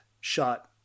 shot